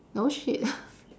no shit